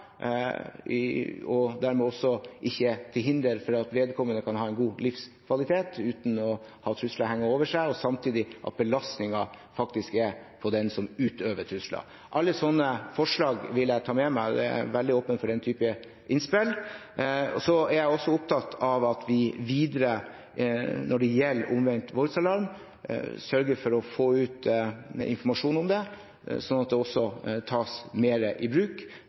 og som dermed heller ikke er til hinder for at vedkommende kan ha en god livskvalitet, uten å ha trusler hengende over seg – samtidig som belastningen faktisk er på den som utøver trusler. Alle slike forslag vil jeg ta med meg, og jeg er veldig åpen for den type innspill. Så er jeg også opptatt av at vi videre når det gjelder omvendt voldsalarm, sørger for å få ut informasjon om dette, slik at det også tas mer i bruk,